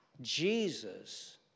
Jesus